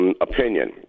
opinion